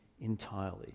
entirely